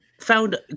found